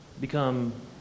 become